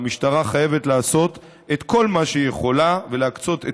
המשטרה חייבת לעשות את כל מה שהיא יכולה ולהקצות את